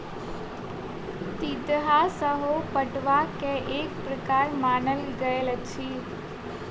तितहा सेहो पटुआ के एक प्रकार मानल गेल अछि